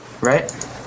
Right